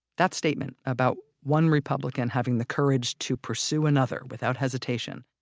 that statement about one republican having the courage to pursue another without hesitation,